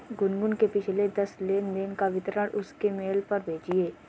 गुनगुन के पिछले दस लेनदेन का विवरण उसके मेल पर भेजिये